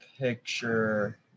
picture